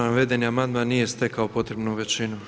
Navedeni amandman nije stekao potrebnu većinu.